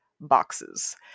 Boxes